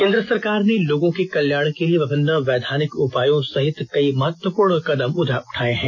केन्द्र सरकार ने लोगों के कल्याण के लिए विभिन्न वैधानिक उपायों सहित कई महत्वपूर्ण कदम उठाए हैं